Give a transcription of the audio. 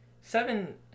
Seven